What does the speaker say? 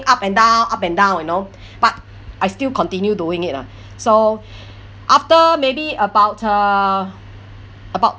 up and down up and down you know but I still continue doing it lah so after maybe about uh about